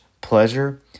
pleasure